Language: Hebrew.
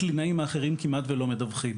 הקלינאים האחרים כמעט ולא מדווחים.